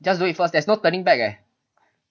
just do it first there's no turning back eh